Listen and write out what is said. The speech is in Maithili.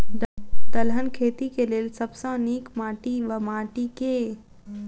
दलहन खेती केँ लेल सब सऽ नीक माटि वा माटि केँ?